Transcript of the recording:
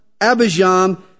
Abijam